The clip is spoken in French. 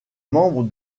membre